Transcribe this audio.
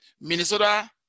Minnesota